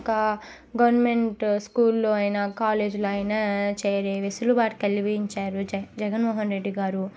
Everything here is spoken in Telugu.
ఒక గవర్నమెంట్ స్కూల్లో అయినా కాలేజీలో అయినా చేరే వెసులుబాటు కల్పించారు జ జగన్ మోహన్ రెడ్డి గారు